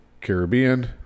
Caribbean